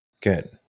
Good